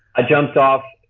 ah jumped off.